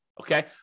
Okay